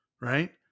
right